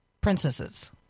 princesses